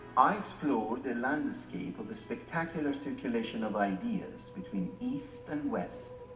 i explore the landscape of the spectacular circulation of ideas between east and west.